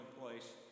place